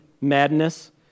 madness